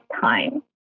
time